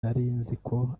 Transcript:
narinziko